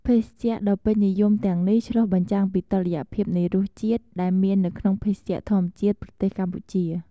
ភេសជ្ជៈដ៏ពេញនិយមទាំងនេះឆ្លុះបញ្ចាំងពីតុល្យភាពនៃរសជាតិ ដែលមាននៅក្នុងភេសជ្ជៈធម្មជាតិប្រទេសកម្ពុជា។